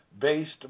based